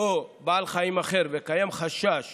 או בעל חיים אחר וקיים חשש